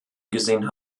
gesehen